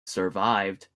survived